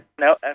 No